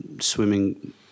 swimming